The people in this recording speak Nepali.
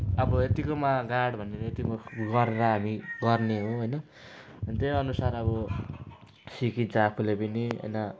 अब यतिकोमा गाड भनेर यतिमा गरेर हामी गर्ने हो होइन त्यही अनुसार अब सिकिन्छ आफूले पनि होइन